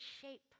shape